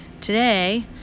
today